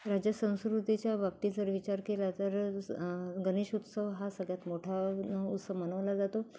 राज्य संस्कृतीच्या बाबतीत जर विचार केला तर असं गणेश उत्सव हा सगळ्यात मोठा उत्सव मनवला जातो